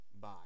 Bye